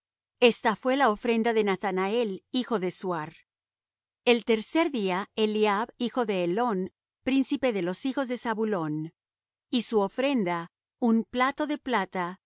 esta fué la ofrenda de nathanael hijo de suar el tercer día eliab hijo de helón príncipe de los hijos de zabulón y su ofrenda un plato de plata